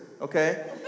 okay